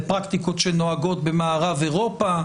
לפרקטיקות שנוהגות במערב אירופה,